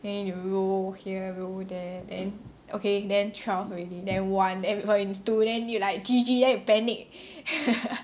then you roll here roll there then okay then twelve already then one then going to two then you like G_G then you panic